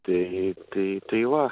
tai tai tai va